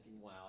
wow